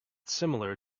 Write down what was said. similar